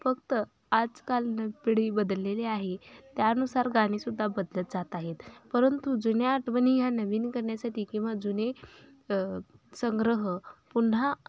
फक्त आजकाल ना पिढी बदललेली आहे त्यानुसार गाणीसुद्धा बदलत जात आहेत परंतु जुन्या आठवणी ह्या नवीन करण्यासाठी किंवा जुने संग्रह पुन्हा